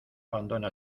abandona